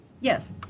yes